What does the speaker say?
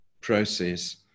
process